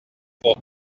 pour